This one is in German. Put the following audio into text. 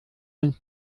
uns